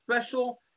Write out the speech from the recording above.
special